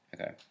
Okay